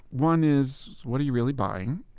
one is what are you really buying?